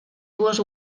dues